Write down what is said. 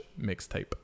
mixtape